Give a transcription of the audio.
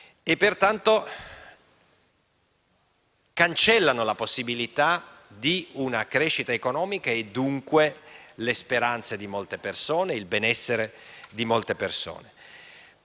e pertanto cancellano la possibilità di una crescita economica e dunque le speranze e il benessere di molte persone.